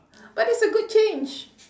but it's a good change